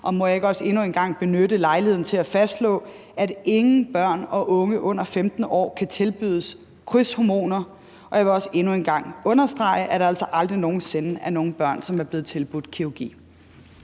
Må jeg ikke også endnu en gang benytte lejligheden til at fastslå, at ingen børn og unge under 15 år kan tilbydes krydshormoner, og jeg vil også endnu en gang understrege, at der altså aldrig nogen sinde er nogen børn, som er blevet tilbudt kirurgi.